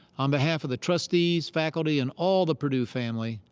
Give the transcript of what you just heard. on behalf of the trustees, faculty, and all the purdue family,